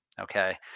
Okay